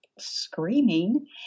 screaming